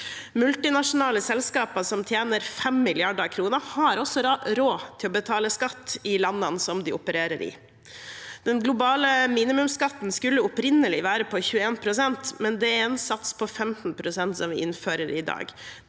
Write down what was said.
Multinasjonale selskaper som tjener 5 mrd. kr, har også råd til å betale skatt i landene som de opererer i. Den globale minimumsskatten skulle opprinnelig være på 21 pst., men det er en sats på 15 pst. vi innfører i dag.